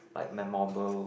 like memorable